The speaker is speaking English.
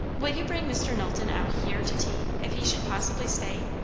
will you bring mr. knowlton out here to tea, if he should possibly stay?